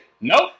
nope